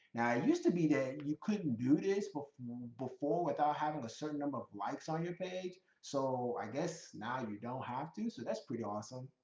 now, it used to be that you couldn't do this before before without having a certain number of likes on your page, so i guess now you don't have to, so that's pretty awesome.